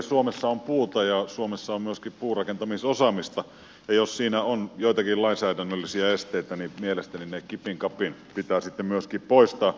suomessa on puuta ja suomessa on myöskin puurakentamisosaamista ja jos siinä on joitakin lainsäädännöllisiä esteitä niin mielestäni ne kipin kapin pitää sitten myöskin poistaa